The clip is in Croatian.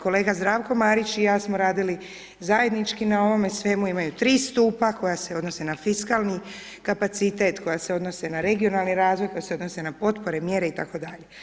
Kolega Zdravko Marić i ja smo radili zajednički na ovome svemu, imaju 3 stupa koja se odnose na fiskalni kapacitet, koja se odnose na regionalni razvoj, koja se odnose na potpore, mjere itd.